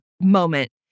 moment